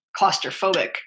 claustrophobic